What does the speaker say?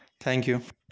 thank you